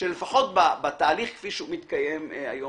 שלפחות בתהליך כפי שהוא מתקיים היום